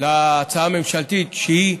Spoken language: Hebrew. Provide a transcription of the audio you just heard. להצעה הממשלתית, שהיא,